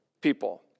people